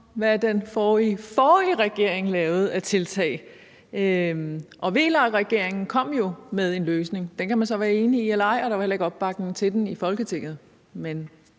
hvad den forrige, forrige regering lavede af tiltag. VLAK-regeringen kom jo med en løsning. Den kan man så være enig i eller ej, og der var heller ikke opbakning til den i Folketinget,